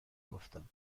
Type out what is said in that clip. گفتم